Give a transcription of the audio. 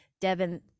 Devin